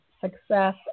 success